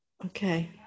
Okay